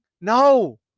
No